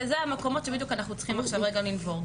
אלה המקומות שבדיוק אנחנו צריכים עכשיו רגע לנבור.